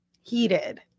heated